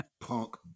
punk